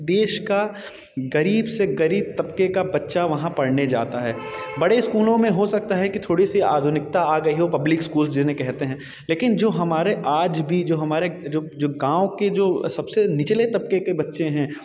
देश का गरीब से गरीब तबके का बच्चा वहाँ पढ़ने जाता है बड़े स्कूलों में हो सकता है कि थोड़ी सी आधुनिकता आ गई हो पब्लिक स्कूल जिन्हें कहते हैं लेकिन जो हमारे आज भी जो हमारे जो गाँव के जो सबसे निचले तबके के बच्चे हैं